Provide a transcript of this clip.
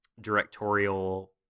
directorial